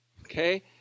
Okay